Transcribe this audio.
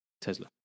Tesla